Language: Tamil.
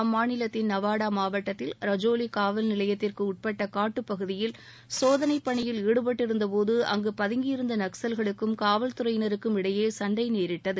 அம்மாநிலத்தின் நவாடா மாவட்டத்தில் ரஜோலி காவல் நிலையத்திற்கு உட்பட்ட காட்டுப் பகுதியில் சோதனை பணியில் ஈடுபட்டிருந்தபோது அங்கு பதங்கியிருந்த நக்ஸல்களுக்கும் காவல்துறையினருக்கும் இடையே சண்டை நேரிட்டது